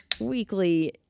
weekly